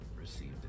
received